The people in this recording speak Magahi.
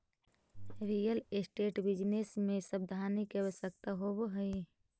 रियल एस्टेट बिजनेस में सावधानी के आवश्यकता होवऽ हई